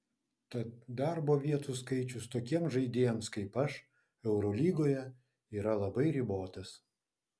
tad darbo vietų skaičius tokiems žaidėjams kaip aš eurolygoje yra labai ribotas